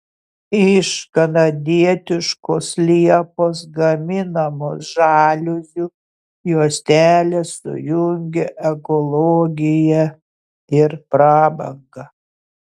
iš kanadietiškos liepos gaminamos žaliuzių juostelės sujungia ekologiją ir prabangą